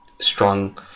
Strong